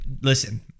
listen